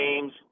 games